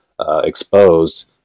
exposed